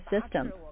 system